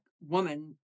woman